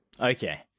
Okay